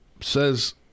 Says